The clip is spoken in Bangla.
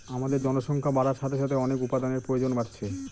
আমাদের জনসংখ্যা বাড়ার সাথে সাথে অনেক উপাদানের প্রয়োজন বাড়ছে